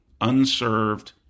unserved